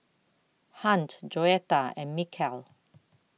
Hunt Joetta and Mikel